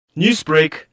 Newsbreak